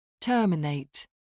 Terminate